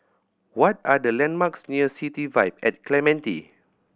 what are the landmarks near City Vibe at Clementi